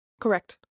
Correct